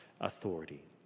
authority